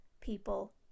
people